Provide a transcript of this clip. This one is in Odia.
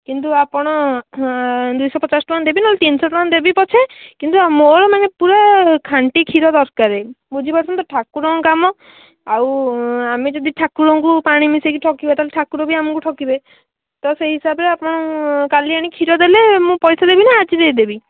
କିନ୍ତୁ ଆପଣ ଦୁଇଶହ ପଚାଶ୍ ଟଙ୍କା ଦେବି ନହେଲେ ତିନିଶ ଟଙ୍କା ଦେବି ପଛେ କିନ୍ତୁ ମୋର ମାନେ ପୁରା ଖାଣ୍ଟି ଖିର ଦରକାର ବୁଝିପାରୁଛନ୍ତି ତ ଠାକୁରଙ୍କ କାମ ଆଉ ଆମେ ଯଦି ଠାକୁରଙ୍କୁ ପାଣି ମିଶେଇକି ଠକିବା ଠାକୁର ବି ଆମକୁ ଠକିବେ ତ ସେହି ହିସାବରେ ଆପଣ କାଲି ଆଣି ଖିର ଦେଲେ ମୁଁ ପଇସା ଦେବି ନା ଆଜି ଦେଇଦେବି